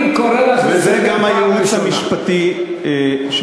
אתם לא בודקים בדיקה פרטנית אחד-אחד?